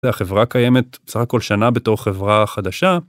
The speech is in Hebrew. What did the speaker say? והחברה קיימת בסך הכל שנה בתור חברה חדשה.